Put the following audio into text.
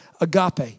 Agape